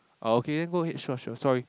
okay go ahead sure sure sorry